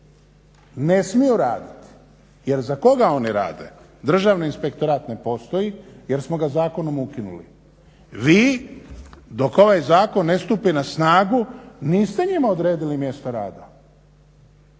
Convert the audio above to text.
Ne smiju raditi jer za koga oni rade? Državni inspektorat ne postoji jer smo ga zakonom ukinuli. Vi dok ovaj zakon ne stupi na snagu niste njima odredili mjesto rada.